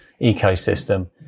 ecosystem